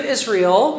Israel